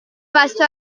pasto